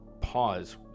pause